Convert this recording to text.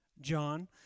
John